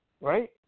right